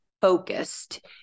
focused